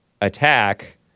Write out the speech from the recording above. attack